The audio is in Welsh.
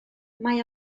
mae